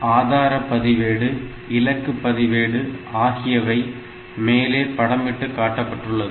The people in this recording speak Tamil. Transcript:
ஆதார பதிவேடு இலக்கு பதிவேடு ஆகியவை மேலே படமிட்டு காட்டப்பட்டுள்ளது